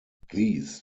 these